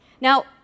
Now